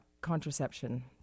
contraception